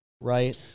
Right